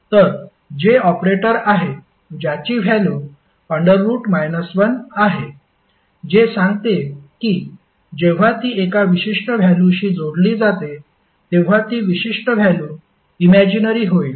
तर j operator आहे ज्याची व्हॅल्यु 1 आहे जे सांगते की जेव्हा ती एका विशिष्ट व्हॅल्युशी जोडली जाते तेव्हा ती विशिष्ट व्हॅल्यु इमॅजीनरी होईल